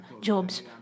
jobs